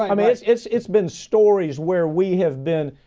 um it's, it's it's been stories where we have been,